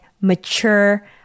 mature